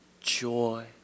joy